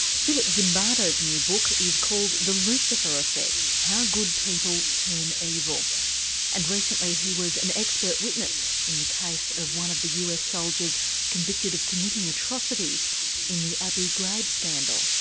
philip zimbardo's new book is called the lucifer effect how good people turn evil and recently he was an expert witness in the case of one of the us soldiers convicted of committing atrocities in the abu ghraib scandal.